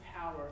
power